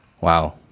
Wow